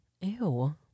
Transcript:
ew